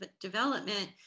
development